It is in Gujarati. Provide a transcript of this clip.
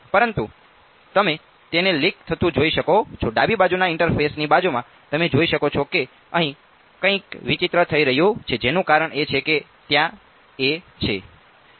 પરંતુ તમે તેને લીક થતું જોઈ શકો છો ડાબી બાજુના ઈન્ટરફેસની બાજુમાં તમે જોઈ શકો છો કે અહીં કંઈક વિચિત્ર થઈ રહ્યું છે જેનું કારણ એ છે કે ત્યાં a છે